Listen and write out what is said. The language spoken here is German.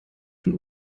von